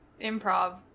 improv